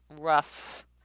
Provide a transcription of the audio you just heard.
rough